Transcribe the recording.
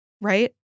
Right